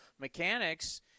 mechanics